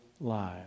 lives